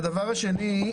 הדבר השני.